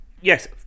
Yes